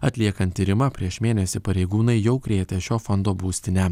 atliekant tyrimą prieš mėnesį pareigūnai jau krėtė šio fondo būstinę